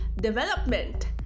development